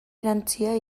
erantsia